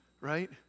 Right